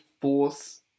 force